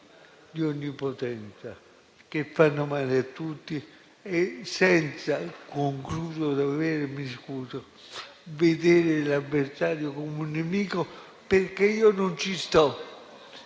di onnipotenza, che fanno male a tutti, e senza - concludo davvero e mi scuso - vedere l'avversario come un nemico, perché io non ci sto: